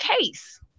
case